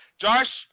Josh